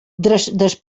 després